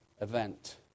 event